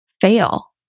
fail